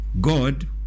God